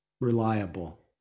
reliable